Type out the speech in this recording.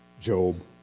Job